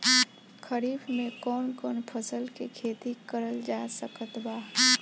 खरीफ मे कौन कौन फसल के खेती करल जा सकत बा?